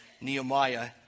Nehemiah